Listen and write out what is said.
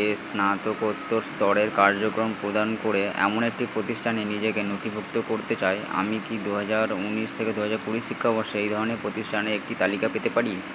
এ স্নাতকোত্তর স্তরের কার্যক্রম প্রদান করে এমন একটি প্রতিষ্ঠানে নিজেকে নথিভুক্ত করতে চাই আমি কি দু হাজার ঊনিশ থেকে দু হাজার কুড়ির শিক্ষাবর্ষে এই ধরনের প্রতিষ্ঠানের একটি তালিকা পেতে পারি